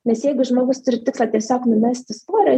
nes jeigu žmogus turi tikslą tiesiog numesti svorio